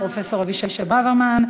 פרופסור אבישי ברוורמן.